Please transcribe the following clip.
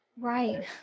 Right